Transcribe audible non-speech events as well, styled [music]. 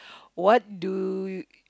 [breath] what do y~